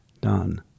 done